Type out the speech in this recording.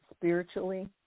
spiritually